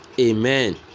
Amen